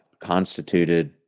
constituted